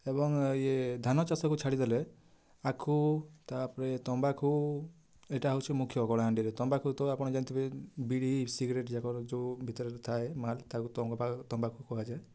ଏବଂ ଇଏ ଧାନଚାଷକୁ ଛାଡ଼ି ଦେଲେ ଆଖୁ ତାପରେ ତମ୍ବାଖୁ ଏଇଟା ହଉଛି ମୁଖ୍ୟ କଳାହାଣ୍ଡିରେ ତମ୍ବାଖୁ ତ ଆପଣ ଜାଣିଥିବେ ବିଡ଼ି ସିଗରେଟ୍ଯାକର ଯେଉଁ ଭିତରେ ଥାଏ ମାଲ୍ ତାକୁ ତମ୍ବା ତମ୍ବାଖୁ କୁହାଯାଏ